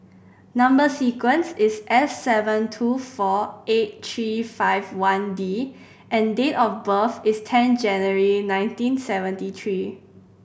number sequence is S seven two four eight three five one D and date of birth is ten January nineteen seventy three